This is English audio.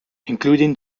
including